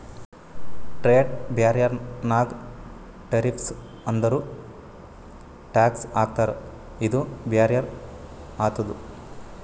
trade barrier ನಾಗ್ tariffs ಅಂದುರ್ tax ಹಾಕ್ತಾರ ಇದು ಬ್ಯಾರಿಯರ್ ಆತುದ್